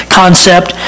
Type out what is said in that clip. concept